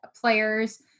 players